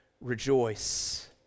rejoice